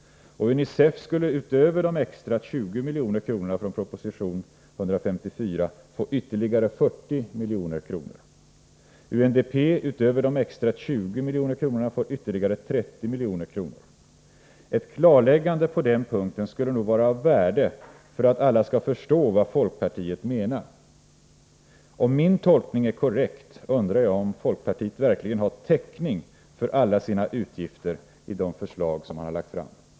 UNICEF skulle utöver de extra 20 milj.kr. från proposition 154 få ytterligare 40 milj.kr. och UNDP utöver de extra 20 milj.kr. ytterligare 30 milj.kr. Ett klarläggande på den punkten skulle nog vara av värde för att alla skall förstå vad folkpartiet menar. Om min tolkning är korrekt, undrar jag om folkpartiet verkligen har täckning för alla sina utgifter i det förslag som man har lagt fram.